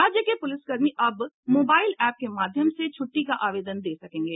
राज्य के पुलिसकर्मी अब मोबाईल एप के माध्यम से छुट्टी का आवेदन दे सकेंगे